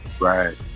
right